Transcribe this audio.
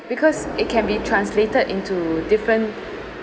because it can be translated into different